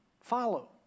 follow